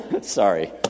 Sorry